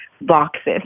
boxes